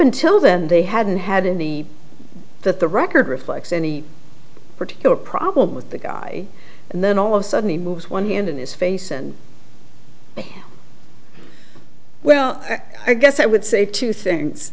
until then they hadn't had in the that the record reflects any particular problem with the guy and then all of sudden he moves one hand in his face and well i guess i would say two things